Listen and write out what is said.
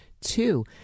Two